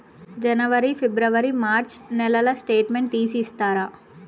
జనవరి, ఫిబ్రవరి, మార్చ్ నెలల స్టేట్మెంట్ తీసి ఇస్తారా?